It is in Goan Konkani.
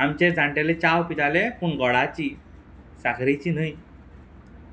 आमचे जाण्टेले चाव पिताले पूण गोडाची साकरेची न्हय